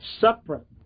separate